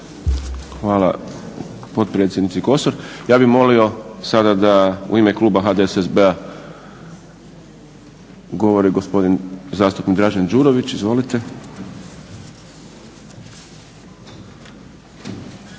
Hvala potpredsjednici Kosor. Ja bih molio sada da u ime kluba HDSSB-a govori gospodin zastupnik Dražen Đurović. Izvolite.